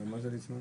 מה זה ליצמן?